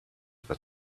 for